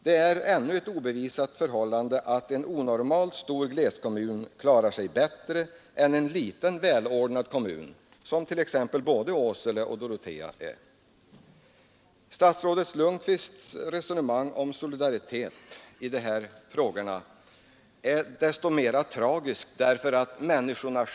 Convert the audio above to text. Det är ännu obevisat att en onormalt stor glesbygdskommun klarar sig bättre än en liten välordnad kommun, som t.ex. både Åsele och Dorotea är.